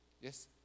Yes